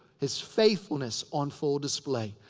his faithfulness on full display.